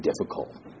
difficult